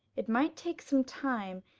it might take some time,